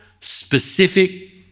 specific